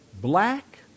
black